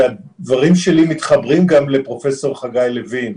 והדברים שלי מתחברים גם לדברים של פרופ' חגי לוין.